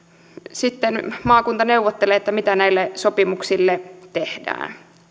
sitten maakunta neuvottelee mitä näille sopimuksille tehdään